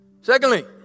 Secondly